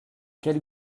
quel